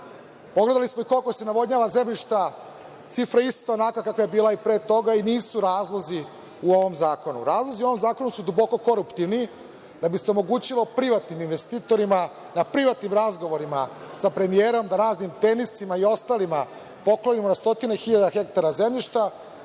trenutka. Pogledali smo i kako se navodnjava zemljišta, cifra ista onakva kakva je bila i pre toga i nisu razlozi u ovom zakonu. Razlozi u ovom zakonu su duboko koruptivni da bi se omogućilo privatnim investitorima da privatnim razgovorima sa premijerom, na raznim tenisima i ostalima, poklonimo stotine hiljada hektara zemljišta